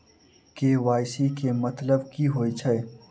KYC केँ मतलब की होइ छै?